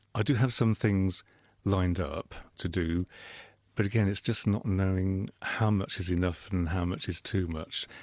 i do have some things lined up to do but again it's just not knowing how much is enough and how much is too much.